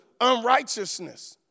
unrighteousness